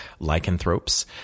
lycanthropes